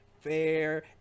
fair